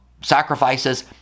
sacrifices